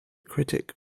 critic